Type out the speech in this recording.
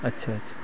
अच्छा अच्छा